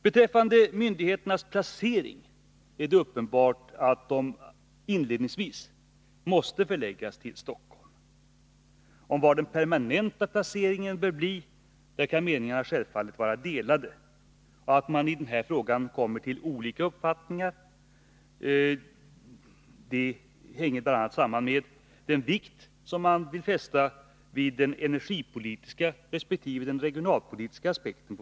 Beträffande myndigheternas placering vill jag först säga, att det är uppenbart att de inledningsvis måste förläggas till Stockholm. Om var den permanenta placeringen bör bli kan meningarna självfallet vara delade. Att man i den här frågan har olika uppfattningar hänger bl.a. samman med den vikt som man vill fästa vid den energipolitiska resp. den regionalpolitiska aspekten.